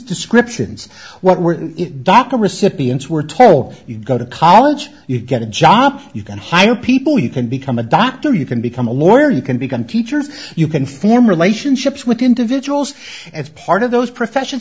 descriptions what were the doctor recipients were told you go to college you get a job you can hire people you can become a doctor you can become a lawyer you can become teachers you can form relationships with individuals as part of those professions